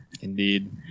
Indeed